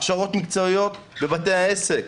הכשרות מקצועיות לבתי העסק.